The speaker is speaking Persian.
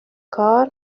کار